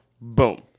boom